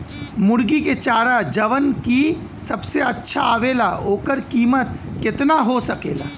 मुर्गी के चारा जवन की सबसे अच्छा आवेला ओकर कीमत केतना हो सकेला?